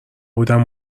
بودم